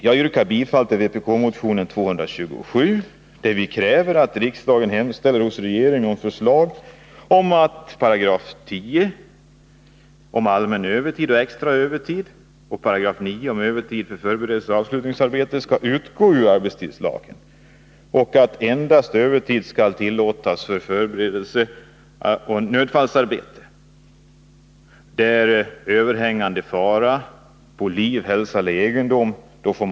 Jag yrkar bifall till vpk-motionen 227, där vi kräver att riksdagen hemställer hos regeringen om förslag om att 10 § om allmän övertid och extra övertid samt 9§ om övertid för förberedelseoch avslutningsarbete skall utgå ur arbetstidslagen och att övertid endast skall tillåtas för nödfallsarbete, där överhängande fara för liv, hälsa eller egendom föreligger.